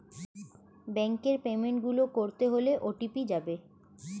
ব্যাংকের পেমেন্ট গুলো করতে হলে ও.টি.পি যাবে